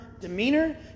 demeanor